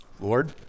Lord